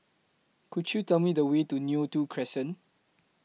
Could YOU Tell Me The Way to Neo Tiew Crescent